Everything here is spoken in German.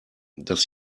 dass